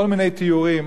כל מיני תיאורים,